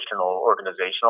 organizational